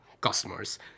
customers